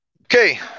Okay